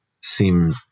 seem